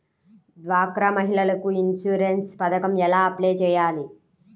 డ్వాక్రా మహిళలకు ఇన్సూరెన్స్ పథకం ఎలా అప్లై చెయ్యాలి?